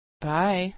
Bye